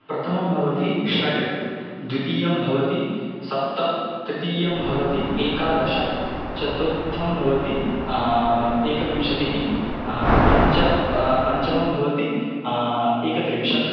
प्रथमं भवति षड् द्वितीयं भवति सप्त तृतीयं भवति एकादश चतुर्थं भवति एकविंशतिः पञ्च पञ्चमं भवति एकत्रिंशत्